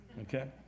okay